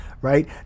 right